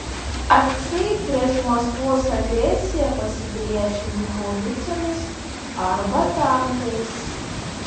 atseit prieš maskvos agresiją pasipriešinti haubicomis arba tankais